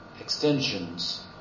extensions